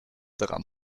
daran